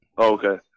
Okay